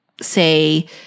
say